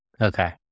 okay